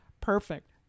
perfect